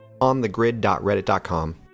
onthegrid.reddit.com